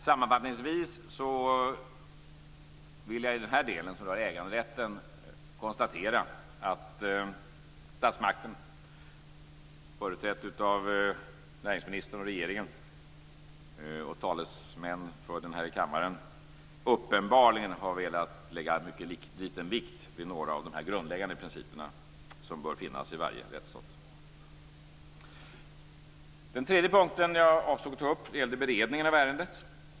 Sammanfattningsvis vill jag i den del som gäller äganderätten konstatera att statsmakten, företrädd av näringsministern, regeringen och talesmän för förslaget i kammaren, uppenbarligen har velat lägga en mycket liten vikt vid några av de grundläggande principer som bör finnas i varje rättsstat. Den tredje punkt som jag avsåg att ta upp gällde beredningen av ärendet.